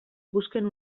busquen